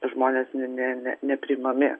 žmonės ne ne nepriimami